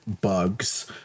bugs